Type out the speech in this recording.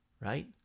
right